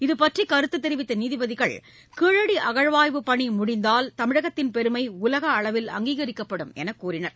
இதுபற்றிகருத்துதெரிவித்தநீதிபதிகள் கீழடிஅதமாய்வுப் பணிமுடந்தால் தமிழகத்தின் பெருமைஉலகஅளவில் அங்கீகரிக்கப்படும் எனகூறினர்